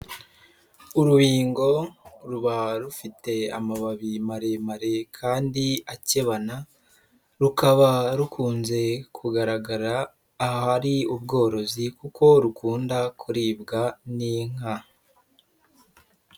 Urubingo ruba rufite amababi maremare kandi akebana, rukaba rukunze kugaragara ahari ubworozi kuko rukunda kuribwa n'inka.